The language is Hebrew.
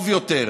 טוב יותר,